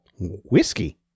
whiskey